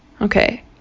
Okay